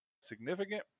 Significant